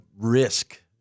risk